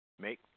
make